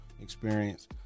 experience